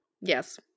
yes